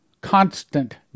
constant